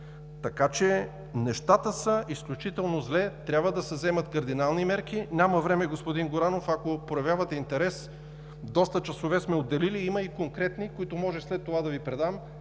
Така че нещата са изключително зле. Трябва да се вземат кардинални мерки. Нямаме време, господин Горанов. Ако проявявате интерес – доста часове сме отделили, а има и конкретни решения, които може след това да Ви предам,